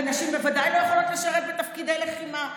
ונשים ודאי לא יכולות לשרת בתפקידי לחימה.